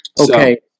Okay